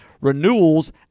renewals